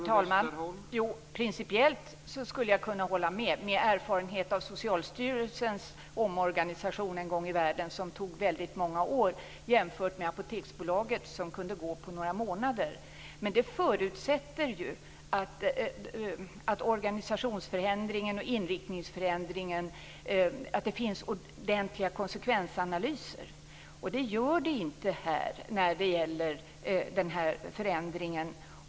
Herr talman! Principiellt skulle jag kunna hålla med, med erfarenhet av Socialstyrelsens omorganisation en gång i världen, som tog väldigt många år jämfört med Apoteksbolagets, som kunde gå på några månader. Men det förutsätter att det finns ordentliga konsekvensanalyser av organisationsförändringen och inriktningsförändringen. Det gör det inte när det gäller den här förändringen.